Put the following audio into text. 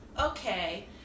okay